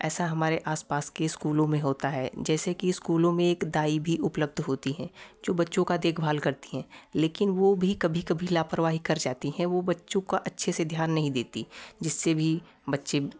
ऐसा हमारे आसपास के स्कूलो में होता है जैसे की स्कूलो में एक दाई भी उपलब्ध होती है जो बच्चों का देखभाल करती है लेकिन वह भी कभी कभी लापरवाही कर जाती हैं वह बच्चों का अच्छे से ध्यान नहीं देती जिससे भी बच्चे